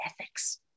ethics